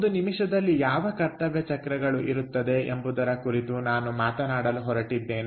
ಒಂದು ನಿಮಿಷದಲ್ಲಿ ಯಾವ ಕರ್ತವ್ಯ ಚಕ್ರಗಳು ಇರುತ್ತದೆ ಎಂಬುದರ ಕುರಿತು ನಾನು ಮಾತನಾಡಲು ಹೊರಟಿದ್ದೇನೆ